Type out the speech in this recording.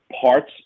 parts